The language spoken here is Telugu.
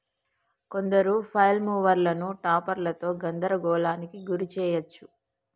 కొందరు ఫ్లైల్ మూవర్లను టాపర్లతో గందరగోళానికి గురి చేయచ్చు